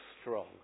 strong